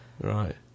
Right